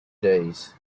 days